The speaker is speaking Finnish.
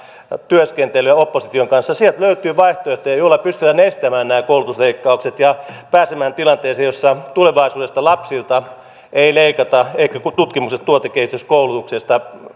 työskentelyä opposition kanssa sieltä löytyy vaihtoehtoja joilla pystytään estämään nämä koulutusleikkaukset ja pääsemään tilanteeseen jossa tulevaisuudessa lapsilta ei leikata eikä tutkimus ja ja tuotekehityskoulutuksesta